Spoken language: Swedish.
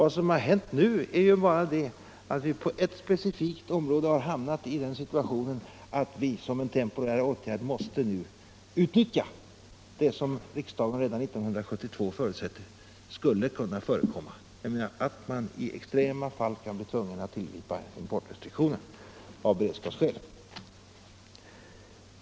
Vad som hänt nu är bara att vi på ett specifikt område har hamnat i den situationen att vi som en temporär åtgärd måste utnyttja det som riksdagen redan 1972 förutsatte skulle kunna hända, nämligen att vi av beredskapsskäl i extrema fall kunde bli tvungna tillgripa importrestriktioner.